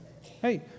hey